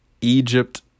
Egypt